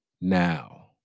now